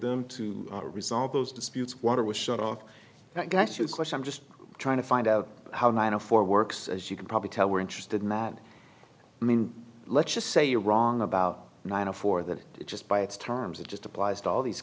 them to resolve those disputes water was shut off that got your question i'm just trying to find out how nine of four works as you can probably tell we're interested in that i mean let's just say you're wrong about nine of four that just by its terms it just applies to all these